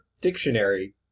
dictionary